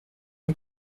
moi